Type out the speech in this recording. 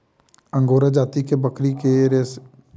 angora जाति के बकरी के रेशमी केश के मोहैर कहल जाइत अछि